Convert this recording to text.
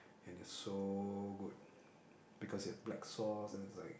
and it's so good because it black sauce and it's like